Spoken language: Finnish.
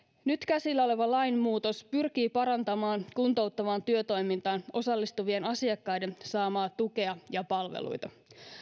nyt käsillä oleva lainmuutos pyrkii parantamaan kuntouttavaan työtoimintaan osallistuvien asiakkaiden saamaa tukea ja palveluita